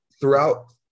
throughout